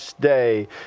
day